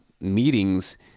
meetings